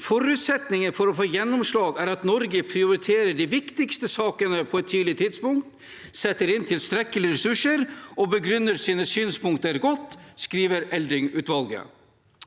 Forutsetningen for å få gjennomslag er at Norge prioriterer de viktigste sakene på et tidlig tidspunkt, setter inn tilstrekkelige ressurser og begrunner sine synspunkter godt, skriver Eldring-utvalget.